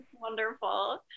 wonderful